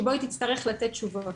שבו היא תצטרך לתת תשובות